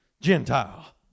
Gentile